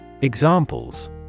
Examples